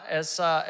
essa